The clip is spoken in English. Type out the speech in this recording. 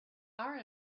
our